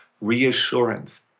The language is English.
reassurance